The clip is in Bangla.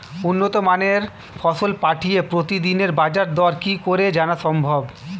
উন্নত মানের ফসল পাঠিয়ে প্রতিদিনের বাজার দর কি করে জানা সম্ভব?